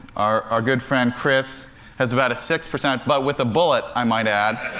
our our good friend chris has about a six percent but with a bullet, i might add.